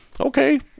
Okay